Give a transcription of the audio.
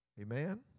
Amen